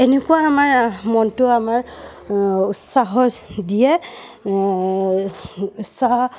এনেকুৱা আমাৰ মনটো আমাৰ উৎসাহ দিয়ে উৎসাহ